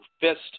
fist